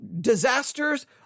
disasters